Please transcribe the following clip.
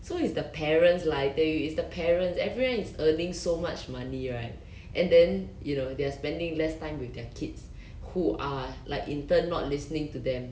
so it's the parents lah I think it's the parents everyone is earning so much money right and then you know they are spending less time with their kids who are like in turn not listening to them